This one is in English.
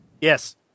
Yes